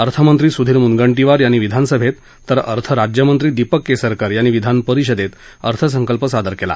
अर्थमंत्री सुधीर मुनगंटीवार यांनी विधान सभेत तर अर्थराज्यमंत्री दीपक केसरकर यांनी विधान परिषदेत अर्थसंकल्प सादर केला